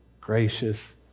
gracious